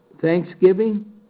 thanksgiving